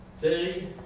today